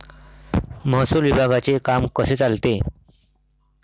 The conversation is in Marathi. महसूल विभागाचे काम कसे चालते?